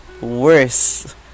worse